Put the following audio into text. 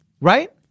Right